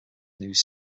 news